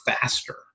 faster